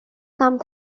কাম